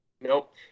Nope